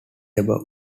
above